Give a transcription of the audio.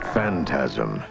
Phantasm